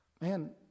man